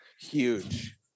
Huge